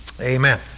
Amen